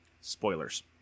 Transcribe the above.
Spoilers